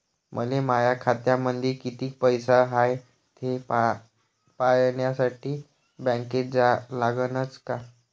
मले माया खात्यामंदी कितीक पैसा हाय थे पायन्यासाठी बँकेत जा लागनच का?